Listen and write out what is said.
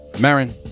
marin